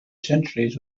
centuries